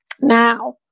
now